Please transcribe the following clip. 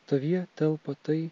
tavyje telpa tai